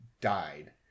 died